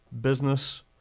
business